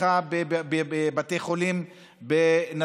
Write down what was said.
ביקשנו גם תמיכה בבתי חולים בנצרת,